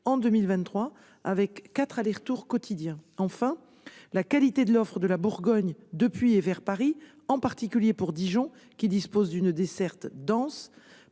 en 2023, avec quatre allers-retours quotidiens. Enfin, la qualité de l'offre de la Bourgogne depuis et vers Paris, en particulier pour Dijon, qui dispose d'une desserte dense,